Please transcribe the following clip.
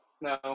no